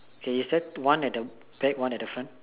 can you set one at the back one at the front